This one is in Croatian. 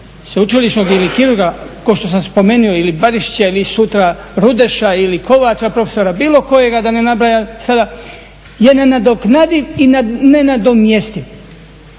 sveučilišnog ili kirurga kao što sam spomenuo ili Barišića ili sutra Rudeša ili Kovača profesora bilo kojega da ne nabrajam sada je nenadoknadiv i nenadomjestiv,